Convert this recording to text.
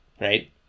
right